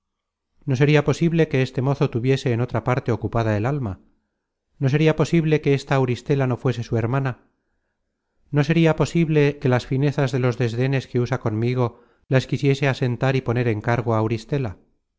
no sería posible que este mozo tuviese en otra parte ocupada el alma no sería posible que esta auristela no fuese su hermana no sería posible content from google book search generated at s que las finezas de los desdenes que usa conmigo las quisiese asentar y poner en cargo á auristela